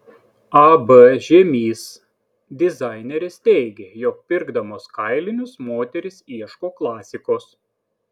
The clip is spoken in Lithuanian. ab žiemys dizainerės teigė jog pirkdamos kailinius moterys ieško klasikos